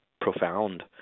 profound